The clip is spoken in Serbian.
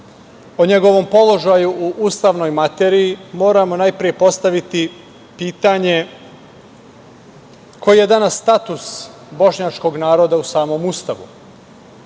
o njegovom položaju u ustavnoj materiji, moramo najpre postaviti pitanje - koji je danas status bošnjačkog naroda u samom Ustavu,